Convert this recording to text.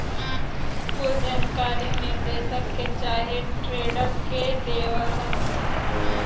कुल जानकारी निदेशक के चाहे ट्रेडर के देवलन